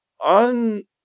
on